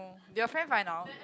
your friend find out